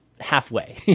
halfway